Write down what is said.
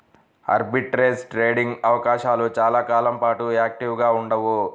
arbitrage trading అవకాశాలు చాలా కాలం పాటు యాక్టివ్గా ఉండవు